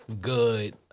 good